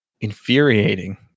infuriating